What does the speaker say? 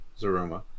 Zaruma